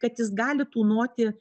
kad jis gali tūnoti